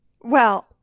Well-